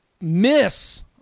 miss